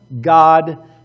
God